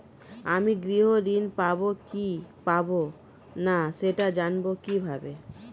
আমি গৃহ ঋণ পাবো কি পাবো না সেটা জানবো কিভাবে?